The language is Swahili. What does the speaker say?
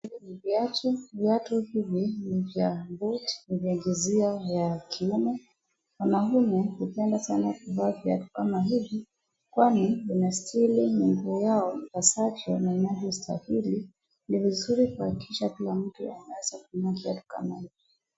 Hii ni viatu, viatu hivi ni vya boot , ni jinsia ya kiume. Wanaume hupenda sana kuvaa viatu kama hivi kwani vinastiri miguu yao, ipasavyo na inastahili, ni vizuri kuhakikisha kila mtu anaweza kununua kiatu kama hii.